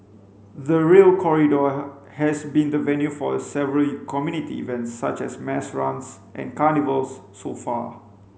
the Rail Corridor has been the venue for several community events such as mass runs and carnivals so far